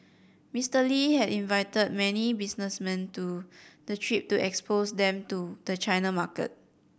Mister Lee had invited many businessmen to the trip to expose them to the China market